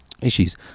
issues